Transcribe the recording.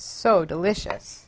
so delicious